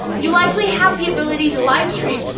you likely have the ability to live stream.